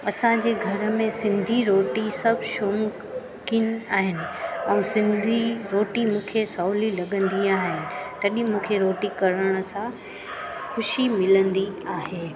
असांजे घर में सिंधी रोटी सभु शौक़ीन आहिनि ऐं सिंधी रोटी मूंखे सवली लगंदी आहे तॾहिं मूंखे रोटी करण सां ख़ुशी मिलंदी आहे